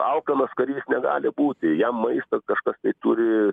alkanas karys negali būti jam maistą kažkas tai turi